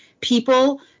People